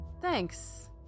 Thanks